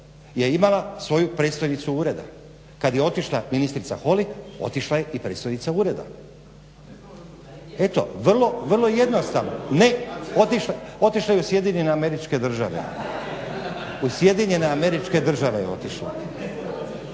je imala svoju predstojnicu ureda kad je otišla ministrica Holy otišla je i predstojnica ureda. Eto, vrlo jednostavno. Ne, otišla je u SAD, u SAD je otišla. Dakle, nemojte misliti da je ostala